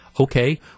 Okay